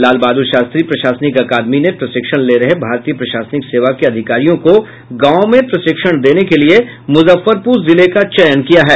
लाल बहादुर शास्त्री प्रशासनिक अकादमी ने प्रशिक्षण ले रहे भारतीय प्रशासनिक सेवा के अधिकारियों को गांव में प्रशिक्षण देने के लिये मुजफ्फरपुर जिले का चयन किया है